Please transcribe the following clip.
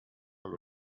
allo